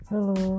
Hello